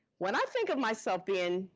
when i think of myself being in